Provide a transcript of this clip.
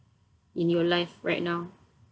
in your life right now